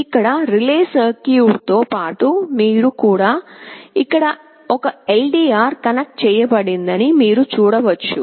ఇక్కడ relay circuit తో పాటు మీరు కూడా ఇక్కడ ఒక LDR కనెక్ట్ చేయబడిందని మీరు చూడవచ్చు